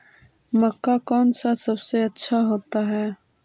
मक्का कौन सा सबसे अच्छा होता है?